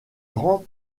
grand